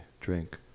Drink